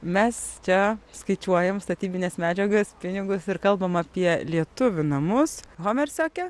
mes čia skaičiuojam statybines medžiagas pinigus ir kalbam apie lietuvių namus homerseke